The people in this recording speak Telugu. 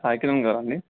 సాయి కిరణ్ గారా అండి